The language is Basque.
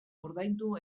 ordaindu